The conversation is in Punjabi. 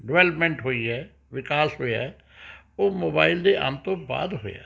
ਡਿਬਲਪਮੈਂਟ ਹੋਈ ਹੈ ਵਿਕਾਸ ਹੋਇਆ ਉਹ ਮੋਬਾਈਲ ਦੇ ਆਉਣ ਤੋਂ ਬਾਅਦ ਹੋਇਆ